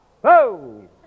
Whoa